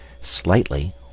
Slightly